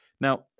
Now